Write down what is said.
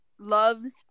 Loves